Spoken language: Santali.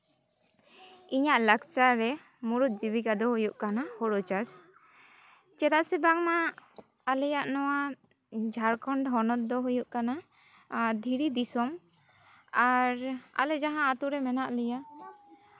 ᱤᱧᱟᱹᱜ ᱞᱟᱠᱪᱟᱨ ᱨᱮ ᱢᱩᱬᱩᱫ ᱡᱤᱵᱤᱠᱟ ᱫᱚ ᱦᱩᱭᱩᱜ ᱠᱟᱱᱟ ᱦᱩᱲᱩ ᱪᱟᱥ ᱪᱮᱫᱟᱜ ᱥᱮ ᱵᱟᱝᱢᱟ ᱟᱞᱮᱭᱟᱜ ᱱᱚᱣᱟ ᱡᱷᱟᱲᱠᱷᱚᱱᱰ ᱦᱚᱱᱚᱛ ᱫᱚ ᱦᱩᱭᱩᱜ ᱠᱟᱱᱟ ᱟᱨ ᱫᱷᱤᱨᱤ ᱫᱤᱥᱚᱢ ᱟᱨ ᱟᱞᱮ ᱡᱟᱦᱟᱸ ᱟᱹᱛᱩᱨᱮ ᱢᱮᱱᱟᱜ ᱞᱮᱭᱟ